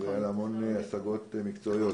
היו לה המון השגות מקצועיות.